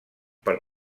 per